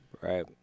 Right